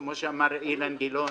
כפי שאמר אילן גילאון,